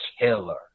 killer